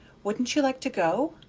wouldn't you like to go?